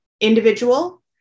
individual